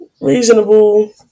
reasonable